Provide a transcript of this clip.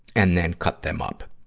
and then cut them up.